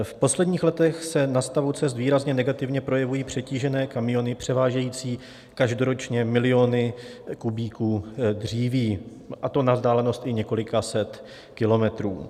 V posledních letech se na stavu cest výrazně negativně projevují přetížené kamiony převážející každoročně miliony kubíků dříví, a to na vzdálenost i několika set kilometrů.